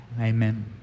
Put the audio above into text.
Amen